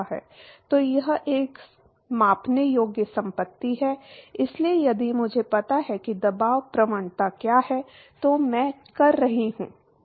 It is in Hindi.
तो यह एक मापने योग्य संपत्ति है इसलिए यदि मुझे पता है कि दबाव प्रवणता क्या है तो मैं कर चुका हूं